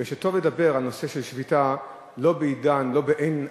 וטוב לדבר על נושא של שביתה לא בעין הסערה,